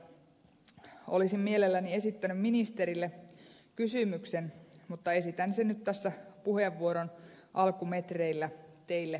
kotimaisista hankkeista olisin mielelläni esittänyt ministerille kysymyksen mutta esitän sen nyt tässä puheenvuoron alkumetreillä teille armaat kollegat